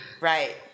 Right